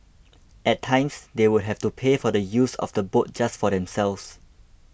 at times they would have to pay for the use of the boat just for themselves